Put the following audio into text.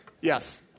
Yes